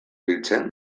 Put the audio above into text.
biltzen